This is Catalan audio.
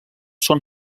són